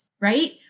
right